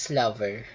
lover